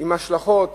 עם השלכות